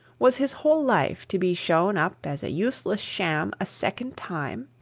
was his whole life to be shown up as a useless sham a second time?